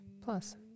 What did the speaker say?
plus